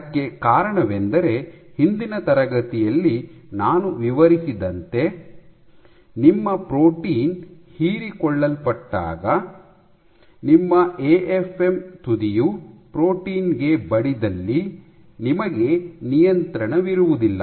ಅದಕ್ಕೆ ಕಾರಣವೆಂದರೆ ಹಿಂದಿನ ತರಗತಿಯಲ್ಲಿ ನಾನು ವಿವರಿಸಿದಂತೆ ನಿಮ್ಮ ಪ್ರೋಟೀನ್ ಹೀರಿಕೊಳ್ಳಲ್ಪಟ್ಟಾಗ ನಿಮ್ಮ ಎಎಫ್ಎಂ ತುದಿಯು ಪ್ರೋಟೀನ್ ಗೆ ಬಡಿದಲ್ಲಿ ನಿಮಗೆ ನಿಯಂತ್ರಣವಿರುವುದಿಲ್ಲ